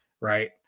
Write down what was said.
right